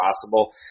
possible